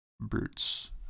brutes